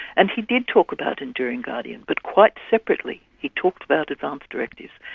and he did talk about enduring guardian, but quite separately he talked about advance directives,